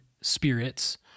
spirits